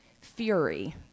fury